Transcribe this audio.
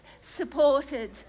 supported